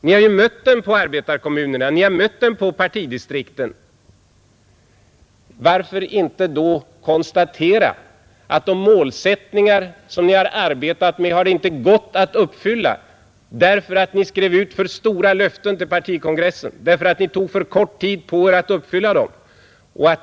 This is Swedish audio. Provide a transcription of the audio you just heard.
Ni har mött den i arbetarkommunerna, Ni har mött den i partidistrikten. Varför inte då konstatera att det inte har gått att uppfylla de målsättningar som man har arbetat med, därför att ni skrev ut för stora löften till partikongressen och därför att ni tog för kort tid på er för att uppfylla dem?